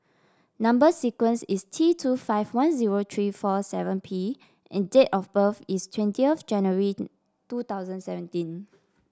number sequence is T two five one zero three four seven P and date of birth is twentieth January two thousand seventeen